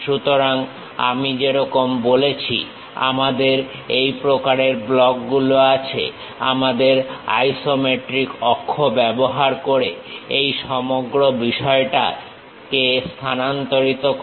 সুতরাং আমি যেরকম বলেছি আমাদের এই প্রকারের ব্লকগুলো আছে আমাদের আইসোমেট্রিক অক্ষ ব্যবহার করে এই সমগ্র বিষয়টাকে স্থানান্তরিত করো